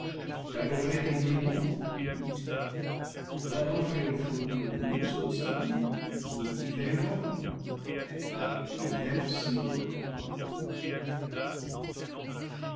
d'adorer les démons pour divinités alors ils furent connus aux hommes sous différents noms et par diverses idoles dans le monde